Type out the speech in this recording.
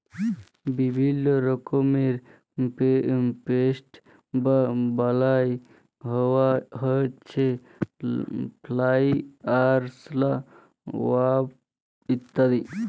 বিভিল্য রকমের পেস্ট বা বালাই হউচ্ছে ফ্লাই, আরশলা, ওয়াস্প ইত্যাদি